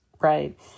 right